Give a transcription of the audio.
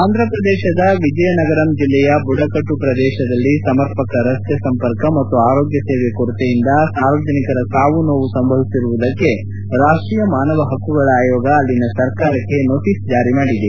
ಆಂಧಪ್ರದೇಶದ ವಿಜಯನಗರಂ ಜಿಲ್ಲೆಯ ಬುಡಕಟ್ಟು ಪ್ರದೇಶದಲ್ಲಿ ಸಮರ್ಪಕ ರಸ್ತೆ ಸಂಪರ್ಕ ಮತ್ತು ಆರೋಗ್ಲ ಸೇವೆ ಕೊರತೆಯಿಂದ ಸಾರ್ವಜನಿಕರ ಸಾವು ನೋವು ಸಂಭವಿಸಿರುವುದಕ್ಕೆ ರಾಷ್ಷೀಯ ಮಾನವ ಹಕ್ಕುಗಳ ಆಯೋಗ ಅಲ್ಲಿನ ಸರ್ಕಾರಕ್ಕೆ ನೋಟೀಸ್ ಜಾರಿ ಮಾಡಿದೆ